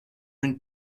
une